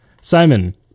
Simon